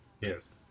Yes